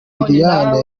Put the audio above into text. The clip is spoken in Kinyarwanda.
lilian